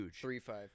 three-five